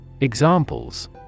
Examples